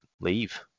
leave